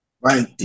Right